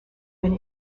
been